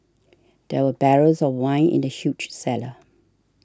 there were barrels of wine in the huge cellar